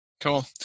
Cool